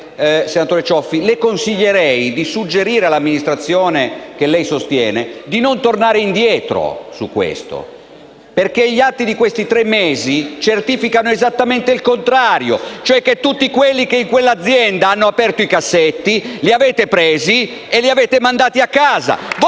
senatore Cioffi, le consiglieri di suggerire all'amministrazione che lei sostiene di non tornare indietro su questo, perché gli atti di questi tre mesi certificano esattamente il contrario, cioè che tutti quelli che in quell'azienda hanno aperto i cassetti li avete presi e li avete mandati a casa.